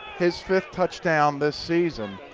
his fifth touchdown this season.